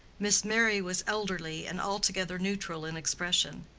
miss merry was elderly and altogether neutral in expression.